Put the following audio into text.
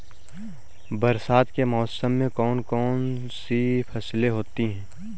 बरसात के मौसम में कौन कौन सी फसलें होती हैं?